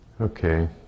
Okay